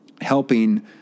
helping